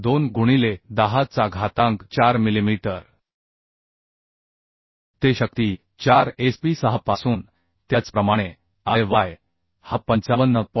2 गुणिले 10 चा घातांक 4 मिलिमीटर ते शक्ती 4 SP 6 पासून त्याचप्रमाणे I y हा 55